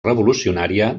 revolucionària